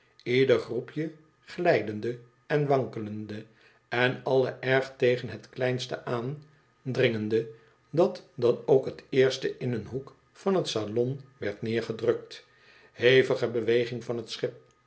ieder groepje glijdende en wankelende en alle erg tegen het kleinste aandringende dat dan ook het eerste in een hoek van het salon werd neergedrukt hevige beweging van het schip